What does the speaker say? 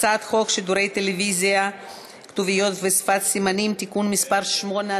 הצעת חוק שידורי טלוויזיה (כתוביות ושפת סימנים) (תיקון מס' 8),